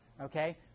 okay